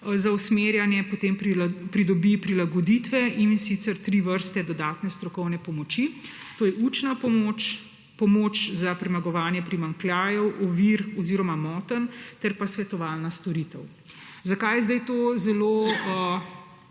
za usmerjanje potem pridobi prilagoditve, in sicer tri vrste dodatne strokovne pomoči. To je učna pomoč, pomoč za premagovanje primanjkljajev, ovir oziroma motenj ter svetovalna storitev. Zakaj sedaj to zelo